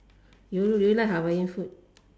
you you like Hawaiian food